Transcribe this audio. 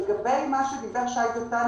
לגבי מה שדיבר שי דותן,